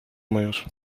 mõjus